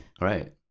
right